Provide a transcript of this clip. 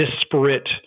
disparate